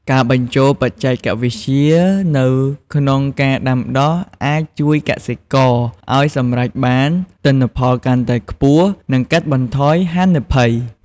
ការបញ្ចូលបច្ចេកវិទ្យាទៅក្នុងការដាំដុះអាចជួយកសិករឱ្យសម្រេចបានទិន្នផលកាន់តែខ្ពស់ និងកាត់បន្ថយហានិភ័យ។